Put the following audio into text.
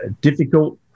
difficult